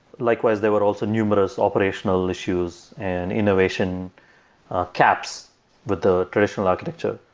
likewise, there were also numerous operational issues and innovation caps with the traditional architecture.